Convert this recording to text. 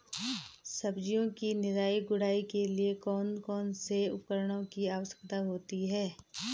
सब्जियों की निराई गुड़ाई के लिए कौन कौन से उपकरणों की आवश्यकता होती है?